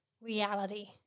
reality